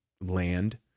land